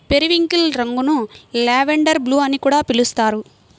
periwinkle రంగును lavender blue అని కూడా పిలుస్తారు